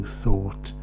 thought